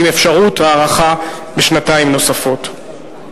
עם אפשרות הארכה בשנתיים נוספות.